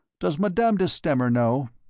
does madame de stamer know?